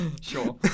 Sure